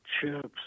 chips